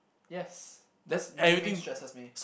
yes just living stresses me